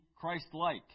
Christ-like